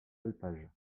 alpages